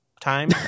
time